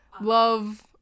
love